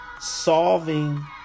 solving